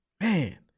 man